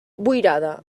boirada